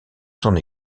son